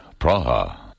Praha